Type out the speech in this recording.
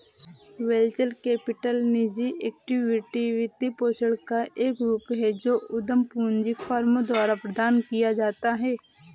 venture capital निजी equity वित्तपोषण का एक रूप है जो उद्यम पूंजी फर्मों द्वारा प्रदान किया जाता है